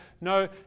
No